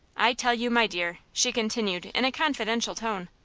i tell you, my dear, she continued in a confidential tone,